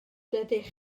dydych